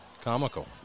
comical